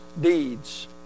deeds